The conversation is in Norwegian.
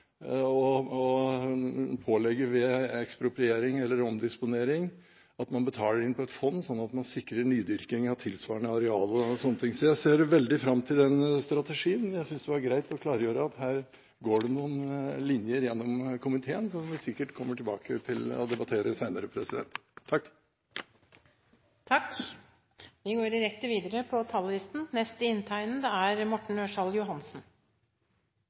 og ved ekspropriering eller omdisponering pålegge at man betaler på et fond, slik at man sikrer nydyrking av tilsvarende areal. Jeg ser veldig fram til den strategien. Jeg synes det var greit å klargjøre at det går noen linjer gjennom komiteen som vi sikkert kommer tilbake til